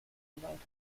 erweitert